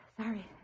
Sorry